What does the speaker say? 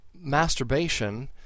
masturbation